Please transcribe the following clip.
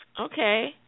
okay